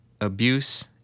abuse